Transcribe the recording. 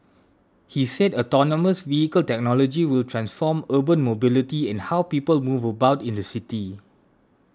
he said autonomous vehicle technology will transform urban mobility and how people move about in the city